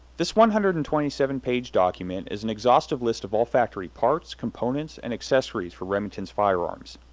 this one hundred and twenty seven page document is an exhaustive list of all factory parts, components, and accessories for remington's firearms.